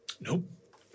Nope